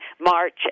March